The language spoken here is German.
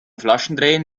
flaschendrehen